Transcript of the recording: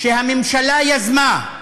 שהממשלה יזמה,